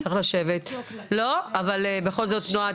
לא הבנתי.